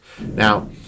Now